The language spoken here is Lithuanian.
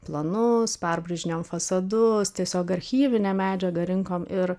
planus perbraižinėjom fasadus tiesiog archyvinę medžiagą rinkom ir